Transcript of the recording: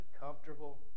uncomfortable